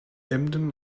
emden